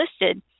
listed